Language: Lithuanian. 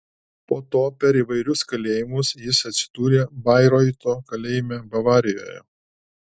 po to per įvairius kalėjimus jis atsidūrė bairoito kalėjime bavarijoje